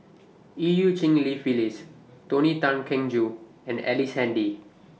EU Cheng Li Phyllis Tony Tan Keng Joo and Ellice Handy